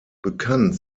bekannt